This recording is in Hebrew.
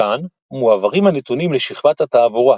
מכאן מועברים הנתונים לשכבת התעבורה,